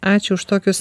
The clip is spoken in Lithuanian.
ačiū už tokius